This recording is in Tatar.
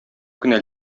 кенә